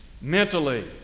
mentally